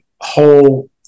whole